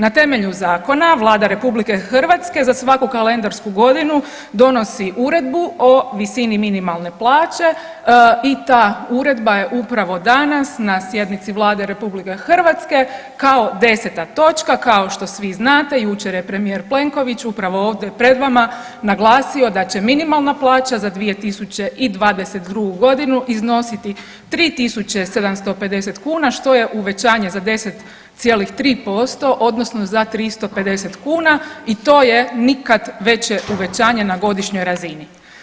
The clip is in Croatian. Na temelju zakona Vlada RH za svaku kalendarsku godinu donosi uredbu o visini minimalne plaće i ta uredba je upravo danas na sjednici Vlade RH kao 10. točka kao što svi znate jučer je premijer Plenković upravo ovdje pred vama naglasio da će minimalna plaća za 2022.g. iznositi 3.750 kuna što je uvećanje za 10,3% odnosno za 350 kuna i to je nikad veće uvećanje na godišnjoj razini.